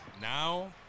Now